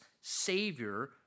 savior